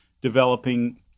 developing